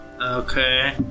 Okay